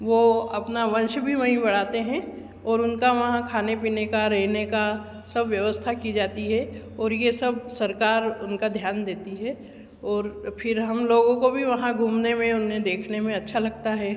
वो अपना वंश भी वहीं बढ़ाते हैं और उनका वहाँ खाने पीने का रहने का सब व्यवस्था की जाती है और ये सब सरकार उनका ध्यान देती है और फिर हम लोगों को भी वहाँ घूमने में उन्हें देखने में अच्छा लगता है